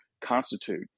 constitute